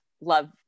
love